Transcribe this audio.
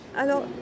Alors